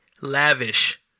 lavish